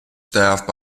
staffed